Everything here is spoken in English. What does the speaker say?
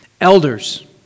Elders